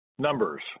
Numbers